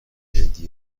هدیه